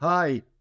Hi